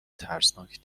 ترسناک